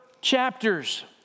chapters